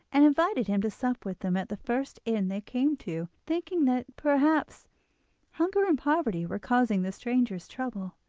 and invited him to sup with him at the first inn they came to, thinking that perhaps hunger and poverty were causing the stranger's trouble.